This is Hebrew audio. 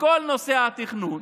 בכל נושא התכנון,